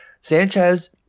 Sanchez